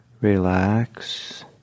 relax